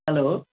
hello